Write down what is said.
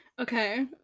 Okay